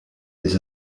les